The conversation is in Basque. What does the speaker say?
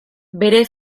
bere